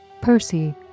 Percy